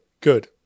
good